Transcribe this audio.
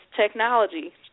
technology